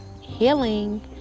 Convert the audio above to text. Healing